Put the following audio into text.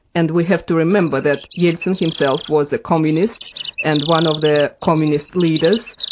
and we have to remember that yeltsin himself was a communist and one of the communist leaders,